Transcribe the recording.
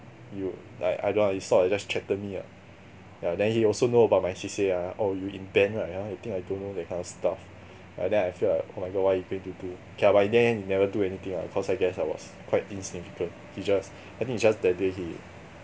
you like I don't know lah he sort of just threatened me lah ya then he also know about my C_C_A ah oh you in band right ah you think I don't know that kind of stuff and then I feel like oh my god what he going to do okay lah but in the end he then never do anything lah cause I guess I was quite insignificant he just I think he just that day he